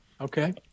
Okay